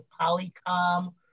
Polycom